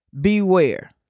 beware